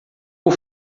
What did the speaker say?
por